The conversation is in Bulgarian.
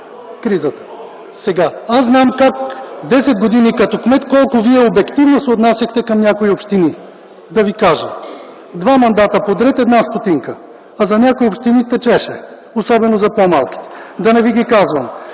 кризата. Аз знам десет години като кмет вие колко обективно се отнасяхте към някои общини. Да ви кажа: два мандата подред, една стотинка, а за някои общини течеше, особено за по-малките. Да не ви ги казвам.